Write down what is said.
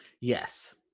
Yes